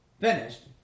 Finished